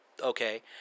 Okay